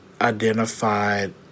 identified